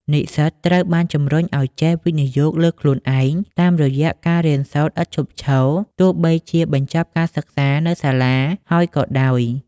និស្សិតត្រូវបានជម្រុញឱ្យចេះ "វិនិយោគលើខ្លួនឯង" តាមរយៈការរៀនសូត្រឥតឈប់ឈរ ទោះបីជាបញ្ចប់ការសិក្សានៅសាលាហើយក៏ដោយ។